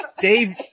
Dave